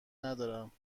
ندارم